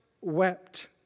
wept